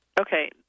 Okay